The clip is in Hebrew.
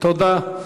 אתה צודק.